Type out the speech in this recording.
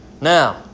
now